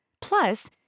Plus